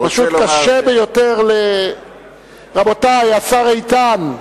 פשוט קשה ביותר, רבותי, השר איתן,